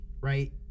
right